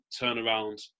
turnaround